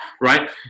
right